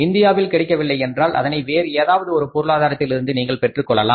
இந்தியாவில் கிடைக்கவில்லை என்றால் அதனை வேறு ஏதாவது ஒரு பொருளாதாரத்தில் இருந்து நீங்கள் பெற்றுக்கொள்ளலாம்